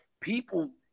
people